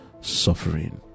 suffering